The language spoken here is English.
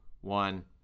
one